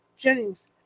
Jennings